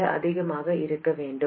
விட அதிகமாக இருக்க வேண்டும்